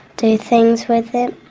do things with it.